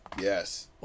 yes